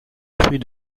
crues